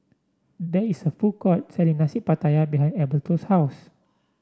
there is a food court selling Nasi Pattaya behind Alberto's house